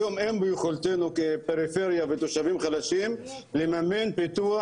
היום אין ביכולתנו כפריפריה ותושבים חלשים לממן פיתוח